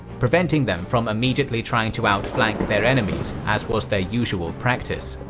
preventing them from immediately trying to outflank their enemies as was their usual practice.